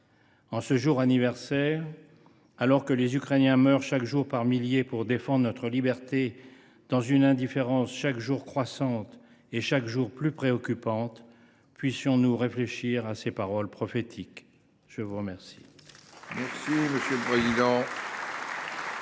En cet anniversaire, alors que les Ukrainiens meurent chaque jour par milliers pour défendre notre liberté, dans une indifférence chaque jour croissante, chaque jour plus préoccupante, puissions nous méditer ces paroles prophétiques. La parole